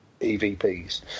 EVPs